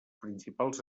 principals